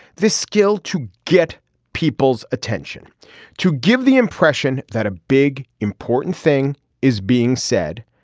this skill to get people's attention to give the impression that a big important thing is being said.